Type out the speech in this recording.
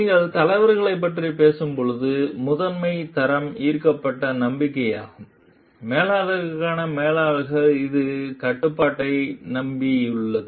நீங்கள் தலைவர்களைப் பற்றி பேசும்போது முதன்மை தரம் ஈர்க்கப்பட்ட நம்பிக்கையாகும் மேலாளர்களுக்கான மேலாளர்கள் இது கட்டுப்பாட்டை நம்பியுள்ளது